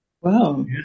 Wow